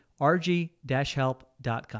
rg-help.com